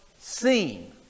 seen